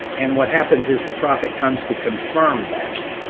and what happens is the prophet comes to confirm that,